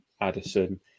Addison